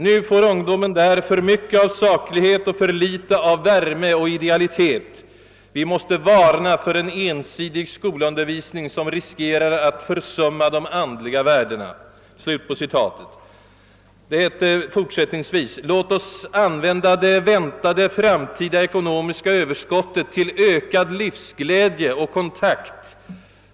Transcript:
Nu får ungdomen där för mycket av saklighet och för litet av värme och idealitet. Vi måste varna för en ensidig skolundervisning, som riskerar att försumma de andliga värdena.» I uttalandet hette det också: »Låt oss använda det väntade framtida ekonomiska överskottet till ökad livsglädje och kontakt.